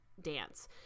dance